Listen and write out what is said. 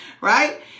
right